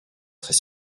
très